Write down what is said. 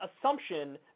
assumption